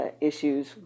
issues